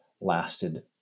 lasted